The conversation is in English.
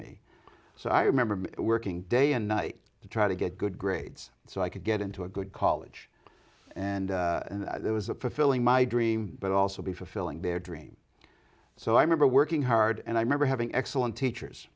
me so i remember working day and night to try to get good grades so i could get into a good college and there was a fulfilling my dream but also be fulfilling their dream so i remember working hard and i remember having excellent teachers